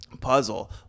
puzzle